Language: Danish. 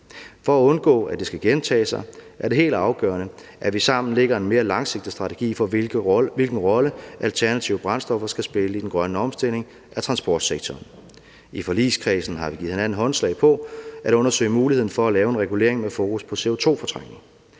For at undgå, at det skal gentage sig, er det helt afgørende, at vi sammen lægger en mere langsigtet strategi for, hvilken rolle alternative brændstoffer skal spille i den grønne omstilling af transportsektoren. I forligskredsen har vi givet hinanden håndslag på at undersøge muligheden for at lave en regulering med fokus på CO2-fortrængning.